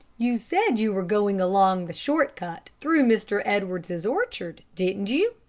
you said you were going along the short cut through mr. edwards's orchard, didn't you?